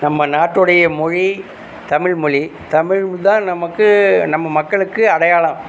நம்ம நாட்டுடைய மொழி தமிழ்மொழி தமிழ் தான் நமக்கு நம்ம மக்களுக்கு அடையாளம்